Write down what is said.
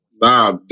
Nah